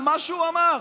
על מה שהוא אמר,